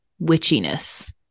witchiness